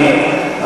אני,